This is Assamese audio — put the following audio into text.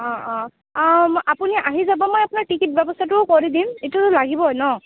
অঁ অঁ অঁ আপুনি আহি যাব মই আপোনাক টিকেট ব্যৱস্থাটোও কৰি দিম এইটো লাগিবই ন